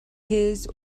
his